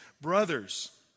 Brothers